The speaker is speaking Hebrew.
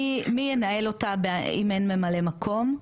מי ינהל אותה אם אין ממלא מקום?